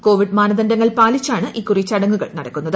Covid മാനദണ്ഡങ്ങൾ പാലിച്ചാണ് ഇക്കുറി ചടങ്ങുകൾ നടക്കുന്നത്